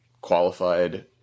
qualified